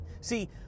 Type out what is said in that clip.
See